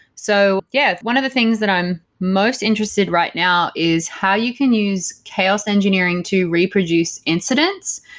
so yeah, one of the things that i'm most interested right now is how you can use chaos engineering to reproduce incidents.